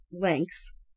lengths